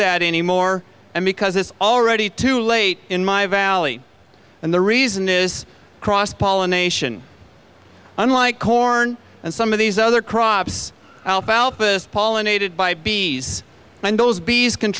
that anymore because it's already too late in my valley and the reason is cross pollination unlike corn and some of these other crops alfalfa spall unaided by bees and those bees can